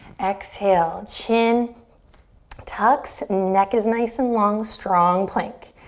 exhale, chin tucks. neck is nice and long. strong plank.